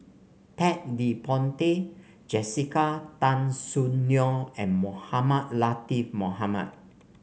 Ted De Ponti Jessica Tan Soon Neo and Mohamed Latiff Mohamed